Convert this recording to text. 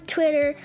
Twitter